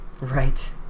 Right